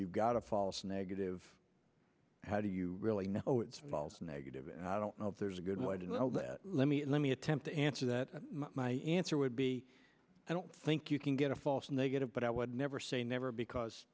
you've got a false negative how do you really know it's false negative and i don't know if there's a good way to know that let me let me attempt to answer that my answer would be i don't think you can get a false negative but i would never say never because